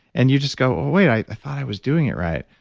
and you just go, oh, wait, i thought i was doing it right.